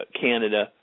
Canada